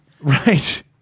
right